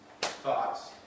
thoughts